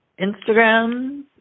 Instagram